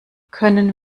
können